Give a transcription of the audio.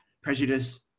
prejudice